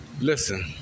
Listen